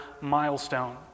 milestone